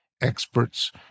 experts